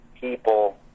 people